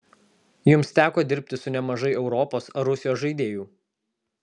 jums teko dirbti su nemažai europos ar rusijos žaidėjų